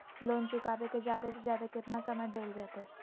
Loan चुकाबे के जादे से जादे केतना समय डेल जयते?